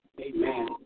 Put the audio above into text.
Amen